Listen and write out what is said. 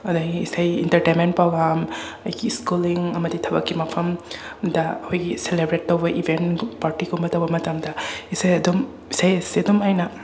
ꯑꯗꯒꯤ ꯏꯁꯩ entertainment program ꯑꯗꯒꯤ ꯁ꯭ꯀꯨꯜꯂꯤꯡ ꯑꯃꯗꯤ ꯊꯕꯛꯀꯤ ꯃꯐꯝꯗ ꯑꯈꯣꯏꯒꯤ ꯁꯦꯂꯦꯕ꯭ꯔꯦꯠ ꯇꯧꯕ ꯏꯚꯦꯟ ꯄꯥꯔꯇꯤꯒꯨꯝꯕ ꯇꯧꯕ ꯃꯇꯝꯗ ꯏꯁꯩ ꯑꯗꯨꯝ ꯏꯁꯩ ꯑꯁꯤ ꯑꯗꯨꯝ ꯑꯩꯅ